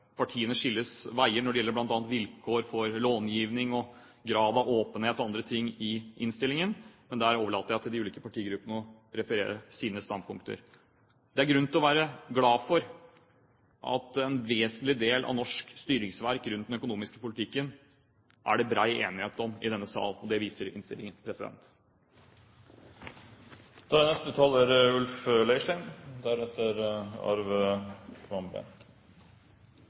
når det gjelder vilkår for långiving og grad av åpenhet og annet, men der overlater jeg til de ulike partigruppene å referere sine standpunkter. Det er grunn til å være glad for at en vesentlig del av norsk styringsverk rundt den økonomiske politikken er det bred enighet om i denne sal. Det viser innstillingen. Finansmarkedsmeldingen for 2009 gir en oversikt over denne veldig viktige sektoren, og det i